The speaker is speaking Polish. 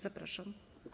Zapraszam.